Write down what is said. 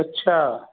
अच्छा